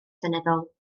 seneddol